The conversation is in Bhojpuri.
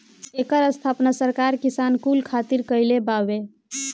एकर स्थापना सरकार किसान कुल खातिर कईले बावे